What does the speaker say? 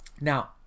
Now